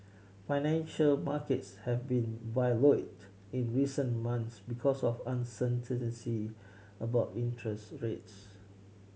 financial markets have been volatile in recent months because of uncertainty about interest rates